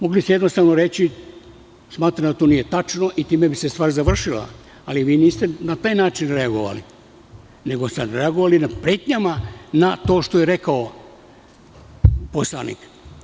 Mogli ste jednostavno reći, smatram da to nije tačno i time bi se stvar završila, ali vi niste na taj način reagovali nego ste odreagovali pretnjama na to što je rekao poslanik.